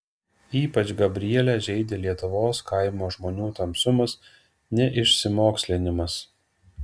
ypač gabrielę žeidė lietuvos kaimo žmonių tamsumas neišsimokslinimas